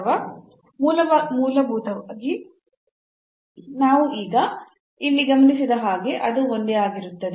ಅಥವಾ ಮೂಲಭೂತವಾಗಿ ನಾವು ಈಗ ಇಲ್ಲಿ ಗಮನಿಸಿದ ಹಾಗೆ ಅದು ಒಂದೇ ಆಗಿರುತ್ತದೆ